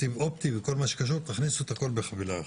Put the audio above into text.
סיב אופטי וכל מה שקשור תכניסו את הכול בחבילה אחת.